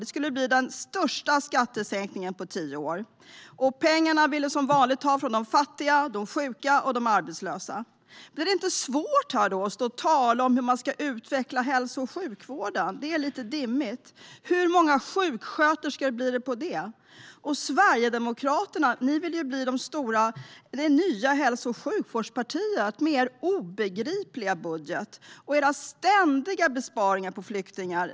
Det skulle bli den största skattesänkningen på tio år, och pengarna vill de som vanligt ta från fattiga, sjuka och arbetslösa. Blir det inte svårt då att stå här och tala om hur hälso och sjukvården ska utvecklas? Det är lite dimmigt. Hur många sjuksköterskor blir det med det? Och Sverigedemokraterna vill ju bli det nya hälso och sjukvårdspartiet med er obegripliga budget. Ni vill ständigt göra besparingar på flyktingar.